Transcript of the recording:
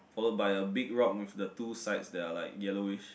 follow by a big rock with the two size that are like yellowish